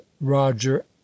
roger